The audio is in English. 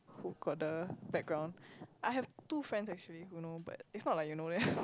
who got the background I have two friends actually who know but it's not like you know them